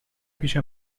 پیش